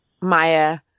Maya